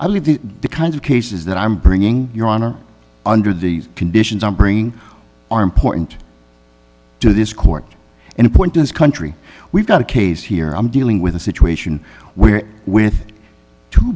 believe the kinds of cases that i'm bringing your honor under these conditions i'm bringing are important to this court in a point in this country we've got a case here i'm dealing with a situation where with two